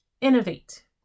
Innovate